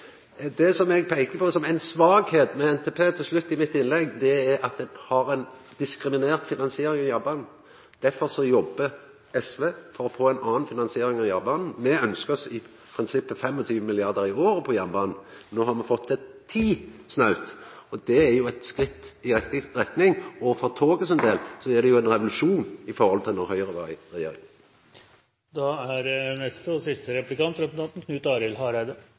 Det som eg til slutt peika på i mitt innlegg som ei svakheit ved NTP, er at ein har diskriminert finansieringa av jernbanen. Derfor jobbar SV for å få ei anna finansiering av jernbanen. Me ønskjer oss i prinsippet 25 mrd. kr i året til jernbanen. No har me fått til 10, snautt, og det er jo eit skritt i riktig retning, og for toget sin del er det ein revolusjon i forhold til då Høgre var i regjering. Eg synest representanten Langeland har funne eit veldig passande antrekk til å markere den satsinga som er